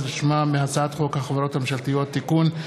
שמה מהצעת חוק החברות הממשלתיות (תיקון,